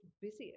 busiest